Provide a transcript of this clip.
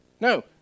No